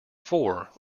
four